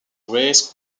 race